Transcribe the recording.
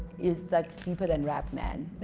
it's like people and rap man